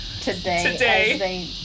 Today